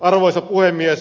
arvoisa puhemies